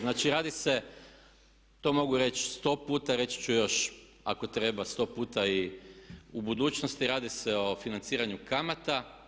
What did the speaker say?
Znači radi se, to mogu reći 100 puta, reći ću još ako treba 100 puta i u budućnosti radi se o financiranju kamata.